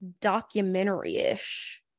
documentary-ish